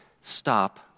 stop